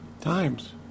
times